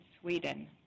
Sweden